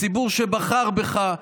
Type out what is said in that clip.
הציבור שבחר בך,